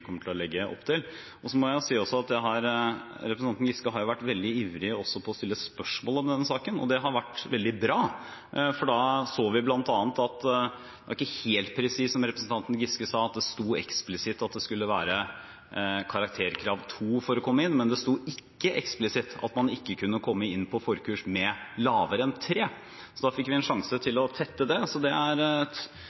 kommer til å legge opp til. Jeg må også si at representanten Giske har vært veldig ivrig etter å stille spørsmål om denne saken, og det har vært veldig bra, for da så vi bl.a. at det ikke var helt presist, som representanten Giske sa, at det stod eksplisitt at det skulle være karakterkrav 2 for å komme inn. Men det sto ikke eksplisitt at man ikke kunne komme inn på forkurs med lavere karakter enn 3. Da fikk vi en sjanse til å tette det. Det er et